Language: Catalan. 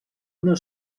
una